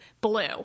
blue